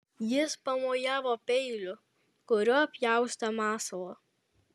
jis pamojavo peiliu kuriuo pjaustė masalą